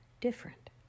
different